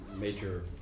major